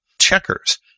checkers